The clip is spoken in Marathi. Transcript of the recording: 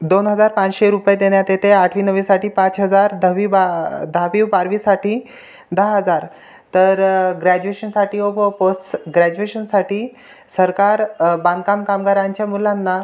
दोन हजार पाचशे रुपये देण्यात येते आठवी नववीसाठी पाच हजार दहावी बा दहावी बारावीसाठी दहा हजार तर ग्रॅज्युएशनसाठी पोस्ट ग्रॅज्युएशनसाठी सरकार बांधकाम कामगारांच्या मुलांना